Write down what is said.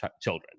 children